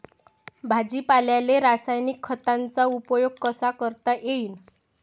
भाजीपाल्याले रासायनिक खतांचा उपयोग कसा करता येईन?